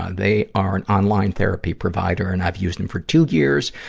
ah they are an online therapy provider, and i've used them for two years.